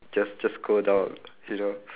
just just go down you know